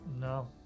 No